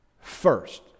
First